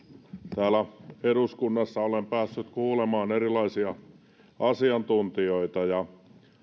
täällä eduskunnassa olen päässyt kuulemaan erilaisia asiantuntijoita ja